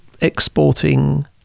exporting